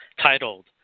titled